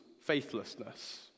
faithlessness